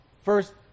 first